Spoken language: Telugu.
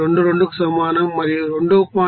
22 కు సమానం మరియు 2